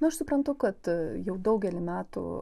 na aš suprantu kad jau daugelį metų